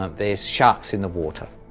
ah there's sharks in the water.